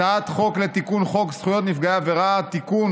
הצעת חוק לתיקון חוק זכויות נפגעי עבירה (תיקון,